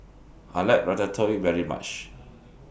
I like Ratatouille very much